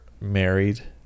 married